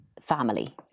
family